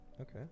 okay